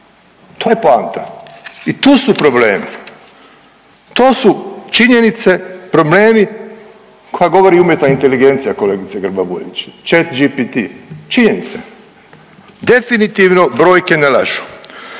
to je poanta i tu su problemi. To su činjenice i problemi koje govori umjetna inteligencija kolegice Grba Bujević Chat GPT, činjenica, definitivno brojke ne lažu.